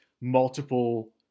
multiple